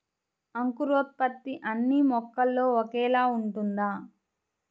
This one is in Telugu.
అంకురోత్పత్తి అన్నీ మొక్కలో ఒకేలా ఉంటుందా?